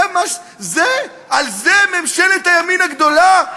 על זה ממשלת הימין הגדולה?